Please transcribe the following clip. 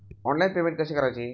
Online payment कसे करायचे?